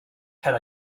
had